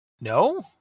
no